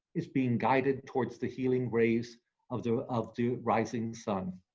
is being guided towards the healing rays of the of the rising sun.